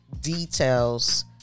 details